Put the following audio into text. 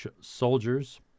soldiers